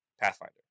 Pathfinder